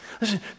listen